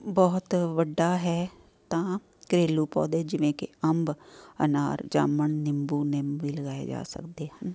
ਬਹੁਤ ਵੱਡਾ ਹੈ ਤਾਂ ਘਰੇਲੂ ਪੌਦੇ ਜਿਵੇਂ ਕਿ ਅੰਬ ਅਨਾਰ ਜਾਮਣ ਨਿੰਬੂ ਨਿੰਮ ਵੀ ਲਗਾਏ ਜਾ ਸਕਦੇ ਹਨ